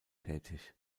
tätig